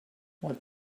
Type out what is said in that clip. what